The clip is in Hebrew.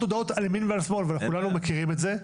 הודעות על ימין ועל שמאל וכולנו מכירים את זה,